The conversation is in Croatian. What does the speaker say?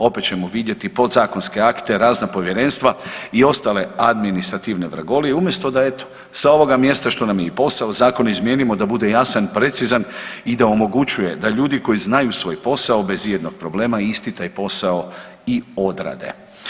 Opet ćemo vidjeti podzakonske akte, razna povjerenstva i ostale administrativne vragolije, umjesto da eto sa ovoga mjesta što nam je i posao zakon izmijenimo da bude jasan i precizan i da omogućuje da ljudi koji znaju svoj posao bez i jednog problema isti taj posao i odrade.